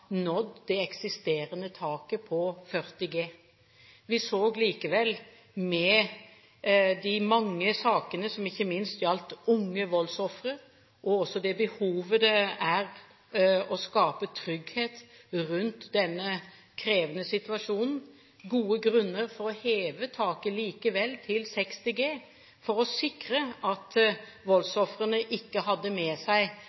nådd det eksisterende taket på 40 G. Vi så likevel – med tanke på de mange sakene som ikke minst gjaldt unge voldsofre, og også behovet det er for å skape trygghet rundt denne krevende sitasjonen – gode grunner for å heve taket til 60 G for å sikre at voldsofrene ikke hadde med seg